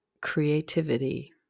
creativity